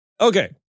okay